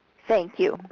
thank you.